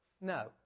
No